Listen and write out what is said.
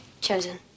Chosen